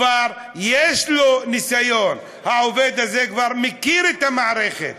כבר יש לו ניסיון, העובד הזה כבר מכיר את המערכת.